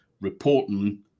reporting